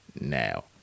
now